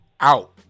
out